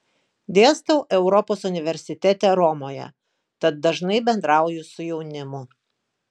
dėstau europos universitete romoje tad dažnai bendrauju su jaunimu